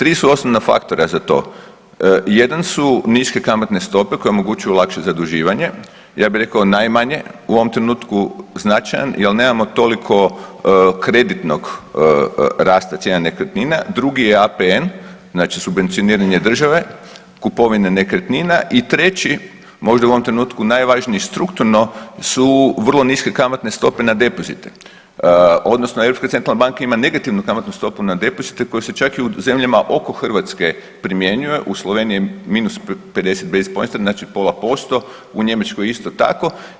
Tri su osnovna faktora za to, jedan su niske kamatne stope koje omogućuju lakše zaduživanje, ja bi rekao najmanje, u ovom trenutku značaj jel nemamo toliko kreditnog rasta cijena nekretnina, drugi je APN znači subvencioniranje države, kupovanje nekretnina i treći možda u ovom trenutku najvažniji strukturno su vrlo niske kamatne stope na depozite odnosno Europska centralna banka ima negativnu kamatnu stopu na depozite koja se čak i u zemljama oko Hrvatske primjenjuje u Sloveniji je -50 …/nerazumljivo/…, znači 0,5%, u Njemačkoj isto tako.